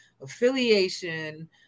affiliation